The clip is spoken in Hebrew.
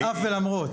על אף ולמרות.